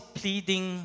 pleading